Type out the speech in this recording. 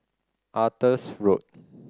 Arthur's Road